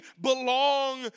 belong